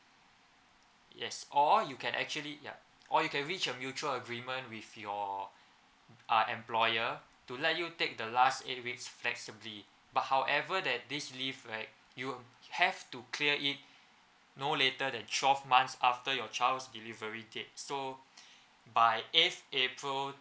yes or you can actually ya or you can reach a mutual agreement with your uh employer to let you take the last eight weeks flexibly but however that this leave right you have to clear it no later than twelve months after your child's delivery date so by eighth april